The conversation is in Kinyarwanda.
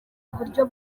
uburyo